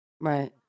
right